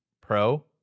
Pro